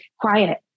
quiet